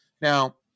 Now